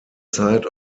zeit